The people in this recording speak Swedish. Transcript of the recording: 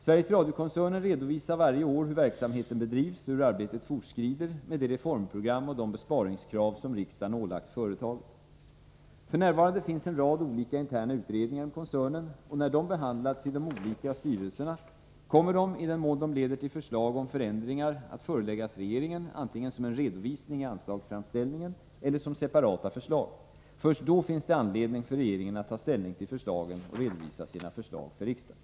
Sveriges Radio-koncernen redovisar varje år hur verksamheten bedrivs och hur arbetet fortskrider med det reformprogram och de besparingskrav som riksdagen ålagt företaget. F. n. finns en rad olika interna utredningar inom koncernen, och när de behandlats i de olika styrelserna kommer de i den mån de leder till förslag om förändringar att föreläggas regeringen, antingen som en redovisning i anslagsframställningen eller som separata förslag. Först då finns det anledning för regeringen att ta ställning till förslagen och redovisa sina förslag för riksdagen.